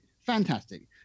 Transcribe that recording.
fantastic